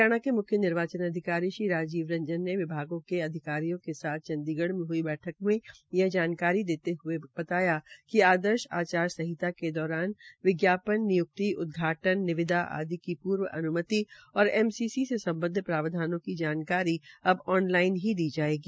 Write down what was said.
हरियाणा के म्ख्य निर्वाचन अधिकारी श्री राजीव रंजन ने विभागों के अधिकारियों के साथ चंडीगढ़ में हुई बैठक यह जानकारी देते हुये कहा कि आदर्शन आचार संहिता के दौरान विज्ञापन निय्क्ति उदघाटन निविदा आदि की पूर्व अन्मति और एमसीसी में संबद्व प्रावधानों की जानकारी अब आन लाइन ही दी जायेगी